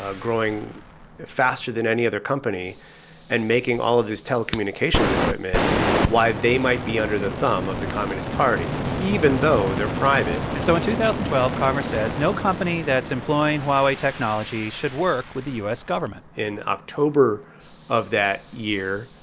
ah growing faster than any other company and making all of this telecommunications equipment why they might be under the thumb of the communist party, even though they're private and so in two thousand and twelve, congress says no company that's employing huawei technology should work with the u s. government in october of that year,